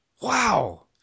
Wow